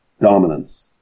dominance